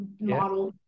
model